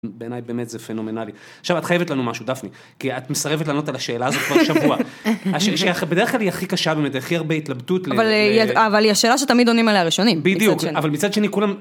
בעיניי באמת זה פנומנלי, עכשיו את חייבת לנו משהו, דפני, כי את מסרבת לענות על השאלה הזאת כבר שבוע, בדרך כלל היא הכי קשה באמת, הכי הרבה התלבטות, אבל היא השאלה שתמיד עונים עליה ראשונים, בדיוק, אבל מצד שני כולם.